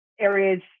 areas